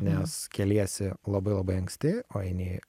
nes keliesi labai labai anksti o eini